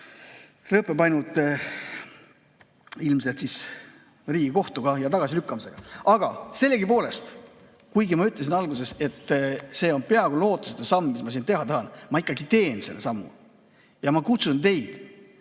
lõpeb ainult ilmselt Riigikohtuga ja tagasilükkamisega. Aga sellegipoolest, kuigi ma ütlesin alguses, et see on peaaegu lootusetu samm, mis ma siin teha tahan, ma ikkagi teen selle sammu. Ja ma kutsun teid